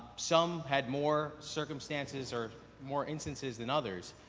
some had more circumstances or more instances than others,